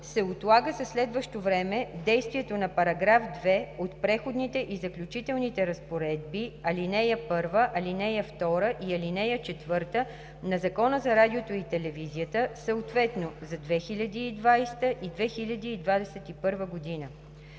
се отлага за следващо време действието на § 2 от Преходните и заключителните разпоредби, ал. 1, ал. 2 и ал. 4 на Закона за радиото и телевизията, съответно за 2020 и 2021 г.